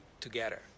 together